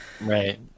Right